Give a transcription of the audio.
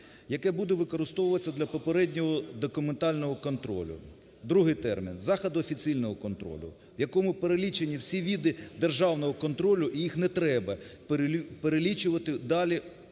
який буде використовуватися для попереднього документального контролю. Другий термін – "заходи офіційного контролю", в якому перелічені всі види державного контролю, і їх не треба перелічувати далі